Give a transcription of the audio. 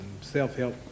self-help